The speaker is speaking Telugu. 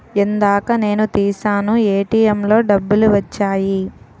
ఇందాక నేను తీశాను ఏటీఎంలో డబ్బులు వచ్చాయి